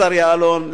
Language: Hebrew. השר יעלון,